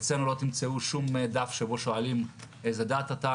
אצלנו לא תמצאו שום דף שבו שואלים איזה דת אתה,